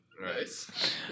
Nice